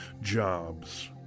jobs